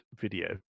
video